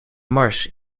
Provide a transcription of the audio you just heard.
mars